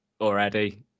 already